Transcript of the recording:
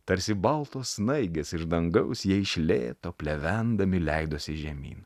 tarsi baltos snaigės iš dangaus jie iš lėto plevendami leidosi žemyn